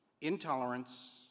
intolerance